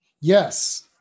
Yes